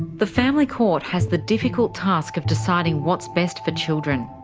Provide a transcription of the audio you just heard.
the family court has the difficult task of deciding what's best for children.